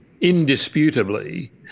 indisputably